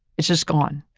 it's just gone.